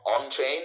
on-chain